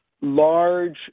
large